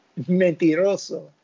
Mentiroso